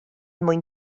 mwyn